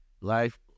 life